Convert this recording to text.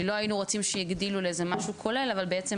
כי לא היינו רוצים שיגדילו לאיזה משהו כולל אבל בעצם